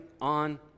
on